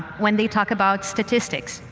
when they talk about statistics,